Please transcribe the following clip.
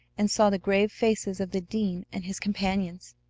and saw the grave faces of the dean and his companions!